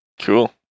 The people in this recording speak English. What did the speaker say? Cool